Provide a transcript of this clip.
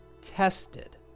tested